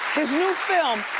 his new film,